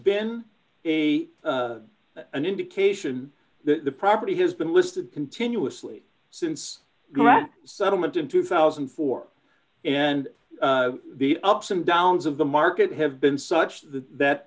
been a an indication that the property has been listed continuously since last settlement in two thousand and four and the ups and downs of the market have been such that